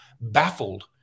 baffled